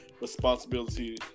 responsibility